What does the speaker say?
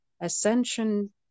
ascension